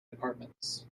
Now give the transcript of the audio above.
departments